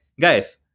guys